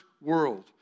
world